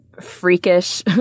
freakish